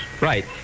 Right